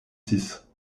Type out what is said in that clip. six